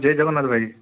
ଜୟ ଜଗନ୍ନାଥ ଭାଇ